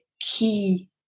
key